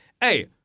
hey